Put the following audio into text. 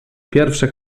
pierwsze